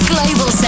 Global